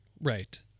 Right